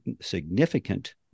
significant